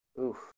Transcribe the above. Oof